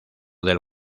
del